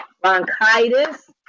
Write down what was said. bronchitis